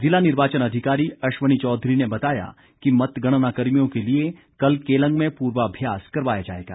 जिला निर्वाचन अधिकारी अश्वनी चौधरी ने बताया कि मतगणनाकर्मियों के लिए कल केलंग में पूर्वाभ्यास करवाया जाएगा